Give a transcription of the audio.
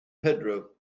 pedro